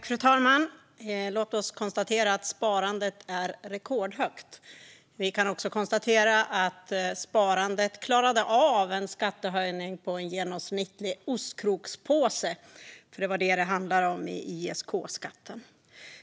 Fru talman! Låt oss konstatera att sparandet är rekordhögt. Vi kan också konstatera att sparandet klarade av en skattehöjning motsvarande en genomsnittlig ostkrokspåse, för det var det ISK-skatten handlade om.